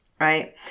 right